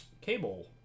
cable